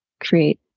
create